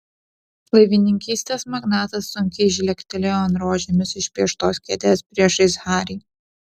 laivininkystės magnatas sunkiai žlegtelėjo ant rožėmis išpieštos kėdės priešais harį